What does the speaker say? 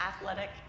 athletic